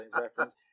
reference